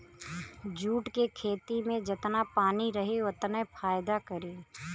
jute के खेती में जेतना पानी रही ओतने फायदा करी